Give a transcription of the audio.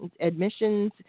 admissions